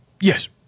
Yes